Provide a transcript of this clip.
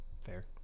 Fair